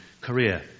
career